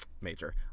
major